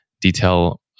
detail